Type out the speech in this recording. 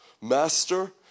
Master